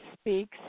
speaks